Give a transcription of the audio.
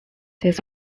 this